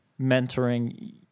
mentoring